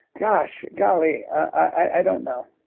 gosh, golly, i don't know.